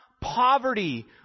poverty